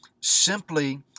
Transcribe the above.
simply